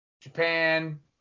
Japan